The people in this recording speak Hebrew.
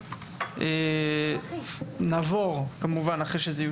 נעבור כמובן אחרי שזה יאושר על ידי ועדת השרים לחקיקה ונגיע